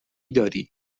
داری